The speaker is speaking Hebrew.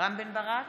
רם בן ברק,